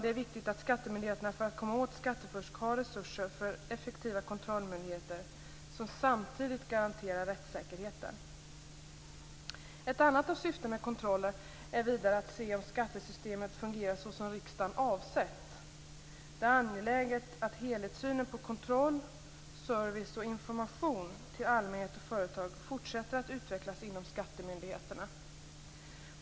Det är viktigt att skattemyndigheterna för att komma åt skattefusk har resurser för effektiva kontrollmöjligheter som samtidigt garanterar rättssäkerheten. Ett annat av syftena med kontroller är vidare att se om skattesystemet fungerar så som riksdagen avsett. Det är angeläget att helhetssynen på kontroll, service och information till allmänhet och företag fortsätter att utvecklas inom skattemyndigheterna.